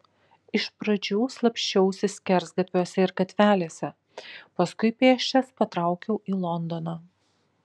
iš pradžių slapsčiausi skersgatviuose ir gatvelėse paskui pėsčias patraukiau į londoną